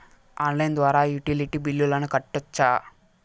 Online ద్వారా utility బిల్లులను కట్టొచ్చా?